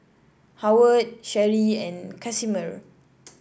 Howard Sherie and Casimer